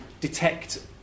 detect